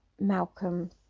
Malcolm